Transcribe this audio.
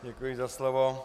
Děkuji za slovo.